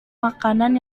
makanan